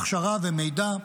הכשרה ומידע,